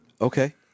Okay